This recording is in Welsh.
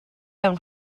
mewn